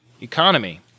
economy